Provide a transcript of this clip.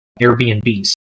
Airbnbs